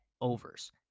Overs